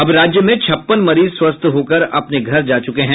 अब राज्य में छप्पन मरीज स्वस्थ होकर अपने घर जा चुके हैं